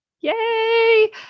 Yay